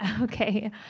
Okay